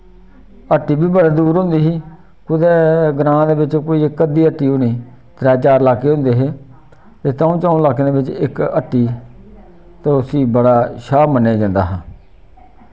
हट्टी बी बड़े दूर होंदी ही कुतै ग्रां दे बिच कोई इक अद्धी हट्टी होनी त्रै चार इलाके होंदे हे ते त्र'ऊं च'ऊं इलाकें दे बिच इक हट्टी ते उस्सी बड़ा शाह् मन्नेआ जंदा हा